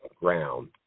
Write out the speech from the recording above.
ground